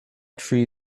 tree